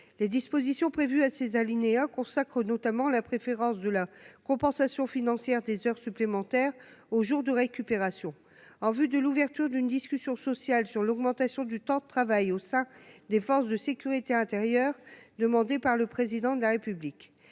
les dispositions prévues à ces alinéas consacrent notamment la préférence de la compensation financière des heures supplémentaires au jour de récupération en vue de l'ouverture d'une discussion sociale sur l'augmentation du temps de travail au sein des forces de sécurité intérieure, demandé par le président de la République,